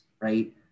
right